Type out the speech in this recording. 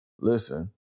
Listen